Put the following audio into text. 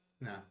No